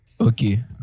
Okay